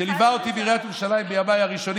שליווה אותי בעיריית ירושלים בימיי הראשונים